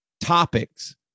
topics